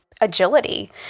agility